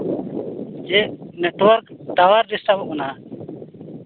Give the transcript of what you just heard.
ᱪᱮᱫ network tower ᱰᱤᱥᱴᱨᱟᱵᱚᱜ ᱠᱟᱱᱟ